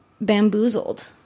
bamboozled